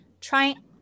trying